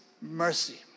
mercy